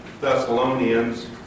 Thessalonians